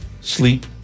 sleep